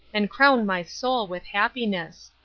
and crown my soul with happiness.